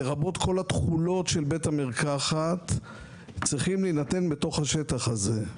לרבות כול התכונות של בית המרקחת צריכים להינתן בתוך השטח הזה.